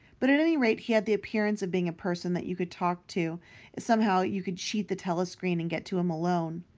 but at any rate he had the appearance of being a person that you could talk to if somehow you could cheat the telescreen and get him alone.